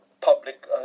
public